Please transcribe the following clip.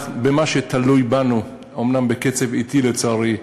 במה שתלוי בנו, אומנם בקצב אטי, לצערי,